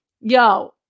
yo